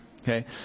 Okay